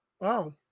Wow